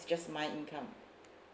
just my income